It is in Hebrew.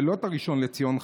ולא את הראשון לציון,